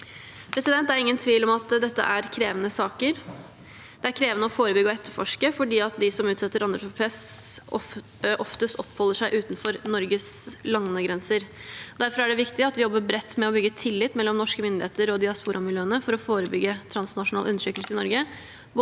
Det er ingen tvil om at dette er krevende saker. Det er krevende å forebygge og etterforske, fordi de som utsetter andre for press, som oftest oppholder seg utenfor Norges landegrenser. Derfor er det viktig at vi jobber bredt med å bygge tillit mellom norske myndigheter og diasporamiljøene for å forebygge transnasjonal undertrykkelse i Norge,